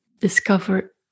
discover